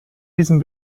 diesen